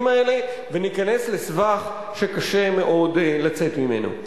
האלה וניכנס לסבך שקשה מאוד לצאת ממנו.